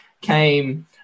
came